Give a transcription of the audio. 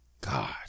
god